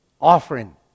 offering